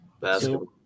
basketball